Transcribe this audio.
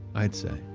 i'd say,